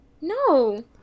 No